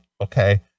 okay